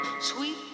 sweet